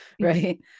right